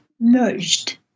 merged